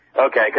Okay